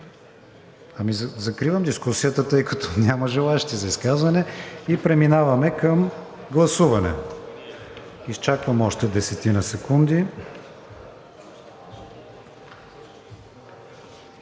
Закривам дискусията, тъй като няма желаещи за изказване, и преминаваме към гласуване. Изчаквам още десетина секунди.